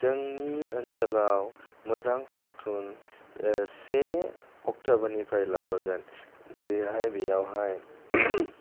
जोंनि ओनसोलाव मोजां सावथुन से अक्ट'बरनिफाय लाबोगोन जेरैहाय बेयावहाय